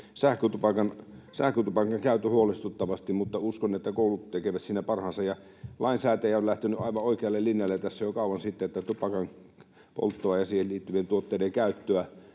sähkötupakan käyttö huolestuttavasti, mutta uskon, että koulut tekevät siinä parhaansa. Lainsäätäjä on lähtenyt aivan oikealle linjalle jo kauan sitten tässä, että tupakan polttoa ja siihen liittyvien tuotteiden käyttöä